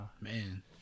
man